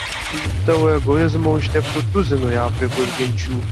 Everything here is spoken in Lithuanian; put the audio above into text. juk tavo egoizmo užtektų tuzinui afrikos genčių